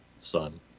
son